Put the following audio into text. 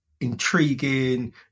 intriguing